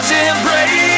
embrace